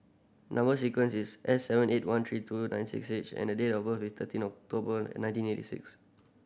number sequence is S seven eight one three two nine six H and the date of birth is thirteen October nineteen eighty six